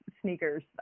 sneakers